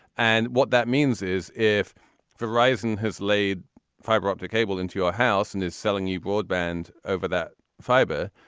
and what that means is if the risin has laid fiber optic cable into your house and is selling you broadband over that fiber,